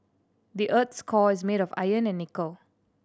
the earth's core is made of iron and nickel